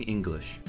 English